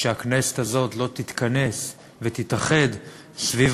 שהכנסת הזאת לא תתכנס ותתאחד סביב